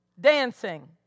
dancing